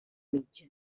mitja